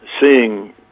seeing